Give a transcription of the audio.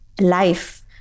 life